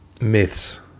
myths